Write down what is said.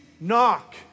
knock